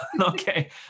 Okay